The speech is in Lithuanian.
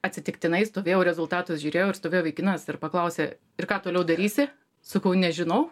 atsitiktinai stovėjau rezultatus žiūrėjau ir stovėjo vaikinas ir paklausė ir ką toliau darysi sakau nežinau